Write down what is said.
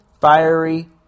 fiery